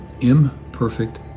Imperfect